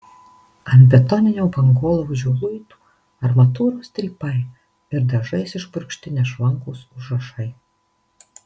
ant betoninio bangolaužio luitų armatūros strypai ir dažais išpurkšti nešvankūs užrašai